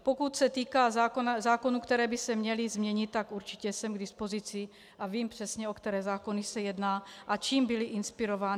Pokud se týká zákonů, které by se měly změnit, tak určitě jsem k dispozici a vím přesně, o které zákony se jedná a čím byly inspirovány.